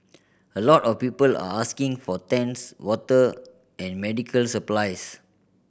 a lot of people are asking for tents water and medical supplies